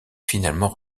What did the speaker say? finalement